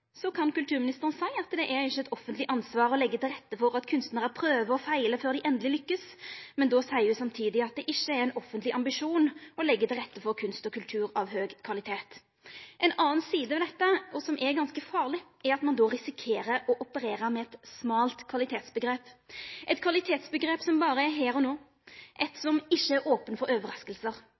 Så kan kulturministeren seia at det ikkje er eit offentleg ansvar å leggja til rette for at kunstnarar prøver og feilar før dei endeleg lykkast, men då seier ho samtidig at det ikkje er ein offentleg ambisjon å leggja til rette for kunst og kultur av høg kvalitet. Ei anna side ved dette, som er ganske farleg, er at ein då risikerer å operera med eit smalt kvalitetsomgrep: eit kvalitetsomgrep som berre er her og no, eit som ikkje er ope for